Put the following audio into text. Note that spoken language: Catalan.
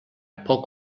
poc